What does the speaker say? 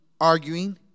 arguing